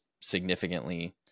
significantly